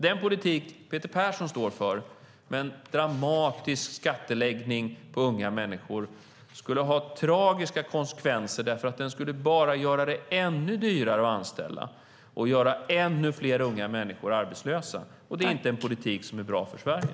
Den politik Peter Persson står för, med en dramatisk skatteläggning på unga människor, skulle ha tragiska konsekvenser, för den skulle bara göra det ännu dyrare att anställa och göra ännu fler unga människor arbetslösa. Det är inte en politik som är bra för Sverige.